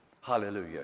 Hallelujah